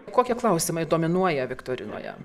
kokie klausimai dominuoja viktorinoje